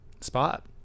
spot